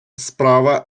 справа